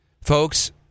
Folks